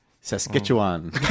Saskatchewan